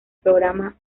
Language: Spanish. programa